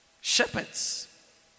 Shepherds